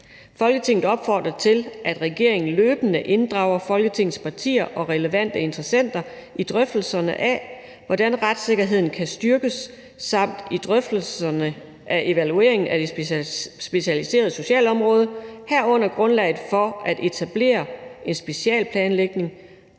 Folketinget opfordrer til, at regeringen løbende inddrager Folketingets partier og relevante interessenter i drøftelserne af, hvordan retssikkerheden kan styrkes, og i drøftelserne af evalueringen af det specialiserede socialområde, herunder grundlaget for at etablere en specialeplanlægning